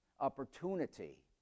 opportunity